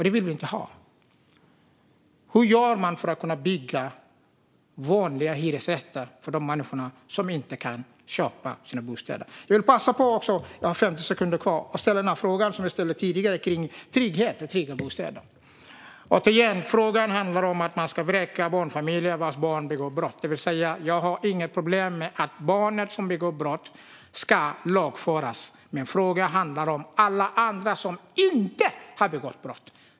Det vill vi inte ha. Hur gör man för att kunna bygga vanliga hyresrätter för de människor som inte kan köpa sina bostäder? Jag har 50 sekunder kvar av min talartid. Jag vill passa på att ställa den fråga som jag ställde tidigare om trygghet och trygga bostäder. Återigen handlar det om att man ska vräka barnfamiljer vilkas barn begår brott. Jag har inga problem med att barnen som begår brott ska lagföras. Min fråga handlar om alla andra som inte har begått brott.